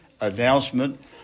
announcement